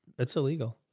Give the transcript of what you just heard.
that's illegal,